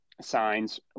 signs